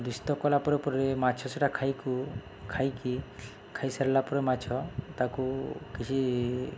ଦୂଷିତ କଲା ପରେ ପରେ ମାଛ ସେଟା ଖାଇକୁ ଖାଇକି ଖାଇସାରିଲା ପରେ ମାଛ ତାକୁ କିଛି